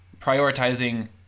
prioritizing